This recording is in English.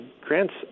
grants